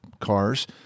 cars